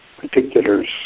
particulars